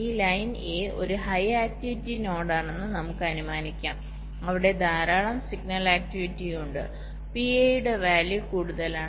ഈ line A ഒരു high activity നോഡാണെന്ന് നമുക്ക് അനുമാനിക്കാം അവിടെ ധാരാളം സിഗ്നൽ ആക്ടിവിറ്റിയുണ്ട് PA യുടെ വാല്യൂ കൂടുതലാണ്